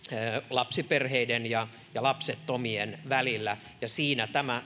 lapsiperheiden ja ja lapsettomien välillä ja siinä tämä